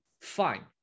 Fine